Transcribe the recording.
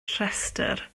rhestr